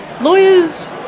lawyers